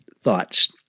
thoughts